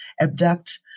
abduct